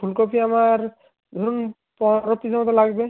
ফুলকপি আমার ধরুন পনেরো পিসের মতো লাগবে